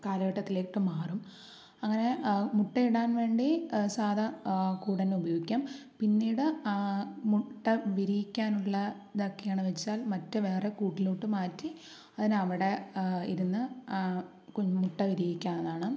കാലഘട്ടത്തിലോട്ട് മാറും അങ്ങനെ മുട്ടയിടാൻ വേണ്ടി സാധാ കൂടുത്തന്നെ ഉപയോഗിക്കാം പിന്നീട് മുട്ട വിരിയിക്കാനുള്ള ഇതൊക്കെയാണെന്നുവച്ചാൽ മറ്റു വേറെ കൂട്ടിലോട്ട് മാറ്റി അതിനെ അവിടെ ഇരുന്ന് മുട്ടവിരിയിക്കാവുന്നതാണ്